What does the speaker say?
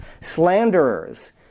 Slanderers